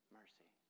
mercy